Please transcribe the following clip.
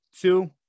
two